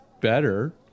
better